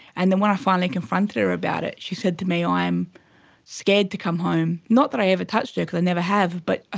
and then when i finally confronted her about it she said to me, i am scared to come home. not that i ever touched her, because i never have, but ah